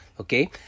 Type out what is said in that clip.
okay